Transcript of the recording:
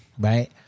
right